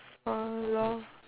oh ya lor